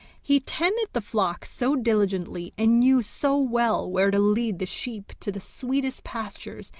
he tended the flock so diligently, and knew so well where to lead the sheep to the sweetest pastures,